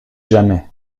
jamais